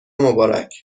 مبارک